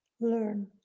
learn